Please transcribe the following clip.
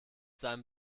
seinem